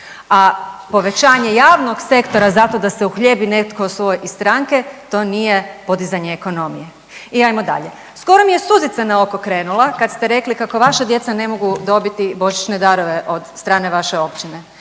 a povećanje javnog sektora zato da se uhljebi netko iz stranke to nije podizanje ekonomije. I hajmo dalje. Skoro mi je suzica na oko krenula kad ste rekli kako vaša djeca ne mogu dobiti božićne darove od strane vaše općine.